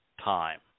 time